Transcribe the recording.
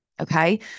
okay